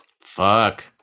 Fuck